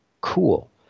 cool